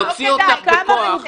להוציא אותה.